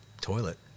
toilet